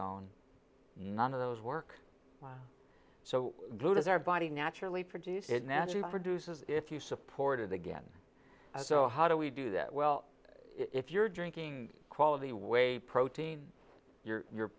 on none of those work so good as our body naturally produced it naturally produces if you supported again so how do we do that well if you're drinking quality way protein you're you're